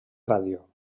ràdio